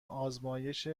آزمایش